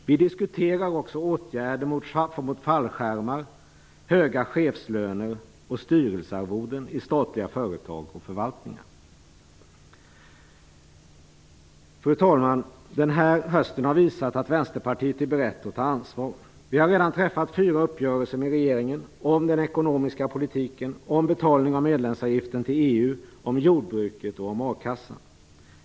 Vi diskuterar också åtgärder mot fallskärmar och höga chefslöner och styrelsearvoden i statliga företag och förvaltningar. Fru talman! Den här hösten har visat att Vänsterpartiet är berett att ta ansvar. Vi har redan träffat fyra uppgörelser med regeringen: om den ekonomiska politiken, om betalning av medlemsavgiften till EU, om jordbruket och om a-kassan.